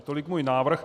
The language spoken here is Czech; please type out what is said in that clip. Tolik můj návrh.